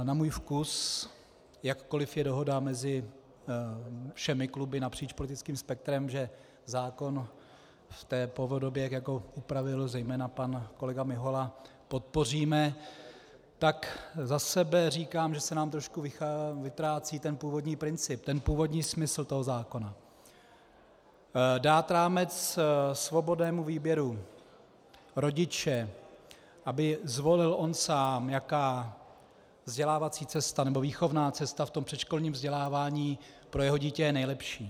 Na můj vkus, jakkoliv je dohoda mezi všemi kluby napříč politickým spektrem, že zákon v té podobě, jak ho upravil zejména pan kolega Mihola, podpoříme, tak za sebe říkám, že se nám trošku vytrácí ten původní princip, původní smysl toho zákona dát rámec svobodnému výběru rodiče, aby zvolil on sám, jaká vzdělávací nebo výchovná cesta v tom předškolním vzdělávání pro jeho dítě je nejlepší.